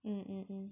mm mmhmm